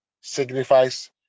signifies